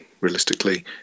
realistically